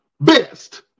best